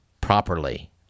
properly